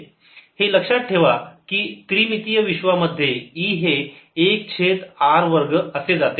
हे लक्षात ठेवा कि त्रिमितीय विश्वा मध्ये E हे 1 छेद r वर्ग असे जाते